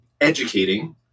educating